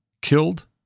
killed